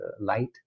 light